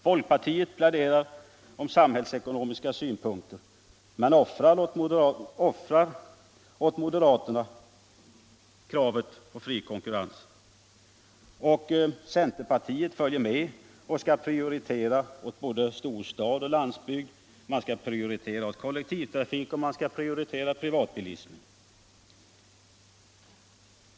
Folkpartiet pläderar för samhällsekonomiska synpunkter men offrar åt moderaterna sitt krav på fri konkurrens. Centerpartiet följer med och skall prioritera både storstad och landsbygd, både kollektivtrafik och privatbilism.